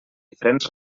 diferents